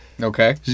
Okay